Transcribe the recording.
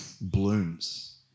blooms